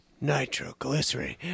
nitroglycerin